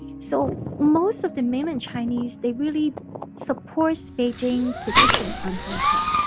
so most of the mainland chinese, they really support beijing's position on hong kong